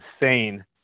insane